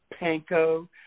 panko